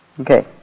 Okay